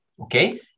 okay